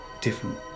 different